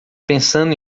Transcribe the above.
pensando